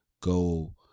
Go